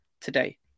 today